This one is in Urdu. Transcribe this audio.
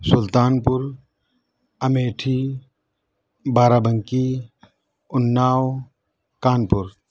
سلطان پور امیٹھی بارہ بنکی اُنّاؤ کانپور